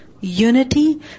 unity